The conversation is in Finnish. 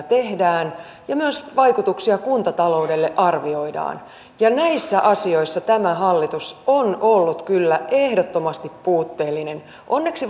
tehdään ja myös vaikutuksia kuntatalouteen arvioidaan ja näissä asioissa tämä hallitus on ollut kyllä ehdottomasti puutteellinen onneksi